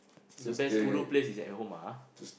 the best ulu place is at home ah